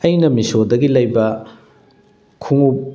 ꯑꯩꯅ ꯃꯤꯁꯣꯗꯒꯤ ꯂꯩꯕ ꯈꯣꯡꯎꯞ